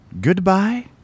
Goodbye